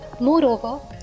Moreover